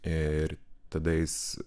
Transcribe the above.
ir tada jis